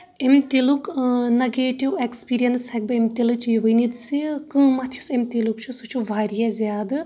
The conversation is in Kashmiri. اَمہِ تِلُک نگیٹِو اٮ۪کسپیٖرینس ہیٚکہٕ بہٕ اَمہِ تِلٕچ یہِ ؤنِتھ زِ قۭمتھ یُس اَمہِ تیٖلُک چھُ سُہ چھُ واریاہ زیٛادٕ